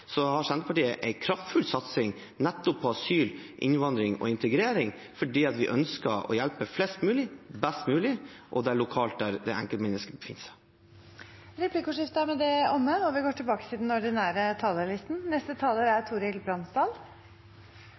har Senterpartiet en kraftfull satsing nettopp på asyl, innvandring og integrering, fordi vi ønsker å hjelpe flest mulig best mulig og lokalt der enkeltmenneskene befinner seg. Replikkordskiftet er omme. Som politikere må målet vårt være å gjøre hverdagen bedre for dem som til